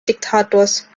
diktators